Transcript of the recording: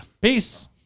Peace